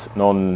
non